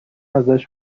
ازش